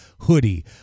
hoodie